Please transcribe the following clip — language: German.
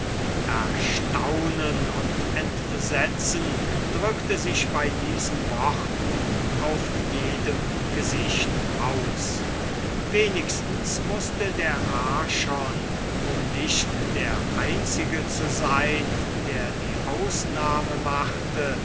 erstaunen und entsetzen drückte sich bei diesen worten auf jedem gesicht aus wenigstens mußte der archon um nicht der einzige zu sein der die ausnahme machte